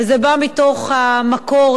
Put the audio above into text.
וזה בא מתוך המקור,